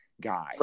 guy